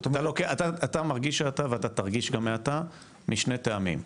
אתה מרגיש האטה, ואתה תרגיש גם האטה, משני טעמים.